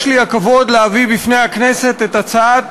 יש לי הכבוד להביא בפני הכנסת את הצעת